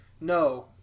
no